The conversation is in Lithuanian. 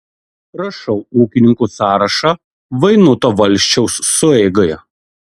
rašau ūkininkų sąrašą vainuto valsčiaus sueigai